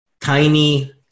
tiny